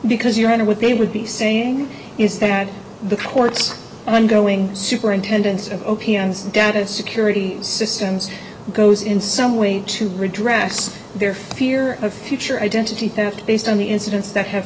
because you're under what they would be saying is that the courts i'm going superintendence of o p s data security systems goes in some way to redress their fear of future identity theft based on the incidents that have